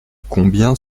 combien